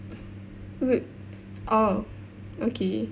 uh wou~ all okay